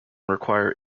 require